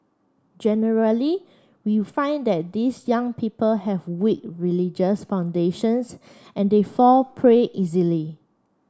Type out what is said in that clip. generally we find that these young people have weak religious foundations and they fall prey easily